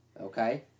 Okay